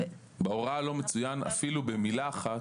--- בהוראה לא מצוין אפילו במילה אחת